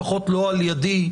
לפחות לא על ידי,